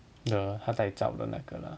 ya 他在找的那个 lah